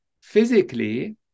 physically